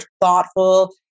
thoughtful